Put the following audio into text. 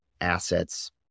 assets